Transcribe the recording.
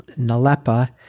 Nalepa